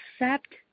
accept